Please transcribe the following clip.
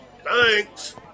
Thanks